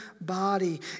body